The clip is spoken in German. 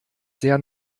sehr